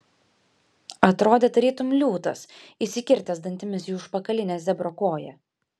atrodė tarytum liūtas įsikirtęs dantimis į užpakalinę zebro koją